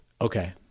Okay